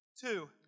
two